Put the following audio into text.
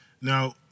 now